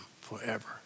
forever